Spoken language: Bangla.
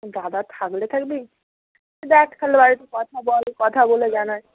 দাদা থাকলে থাকবি দেখ তাহলে বাড়িতে কথা বল কথা বলে জানাস